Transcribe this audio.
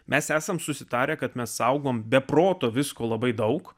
mes esam susitarę kad mes saugom be proto visko labai daug